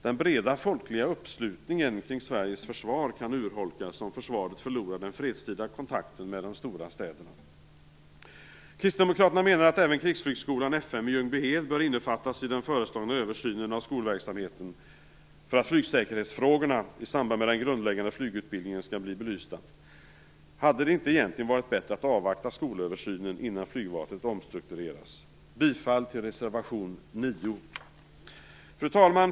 Den breda folkliga uppslutningen kring Sveriges försvar kan urholkas om försvaret förlorar den fredstida kontakten med de stora städerna. Kristdemokraterna menar att även Krigsflygskolan, F5, i Ljungbyhed bör innefattas i den föreslagna översynen av skolverksamheten för att flygsäkerhetsfrågorna i samband med den grundläggande flygutbildningen skall bli belysta. Vore det inte bättre att avvakta skolöversynen innan flygvapnet omstruktureras? Jag yrkar bifall till reservation 9. Fru talman!